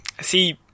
see